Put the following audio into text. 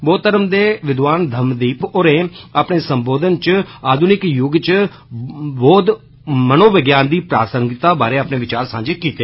बौद्ध धर्म दे विद्वान धम्मदीप होरें अपने संबोधन च आध्निक जुग च बौद्ध मनोविज्ञान दी प्रासंगिकता बारै अपने विचार सांझे कीते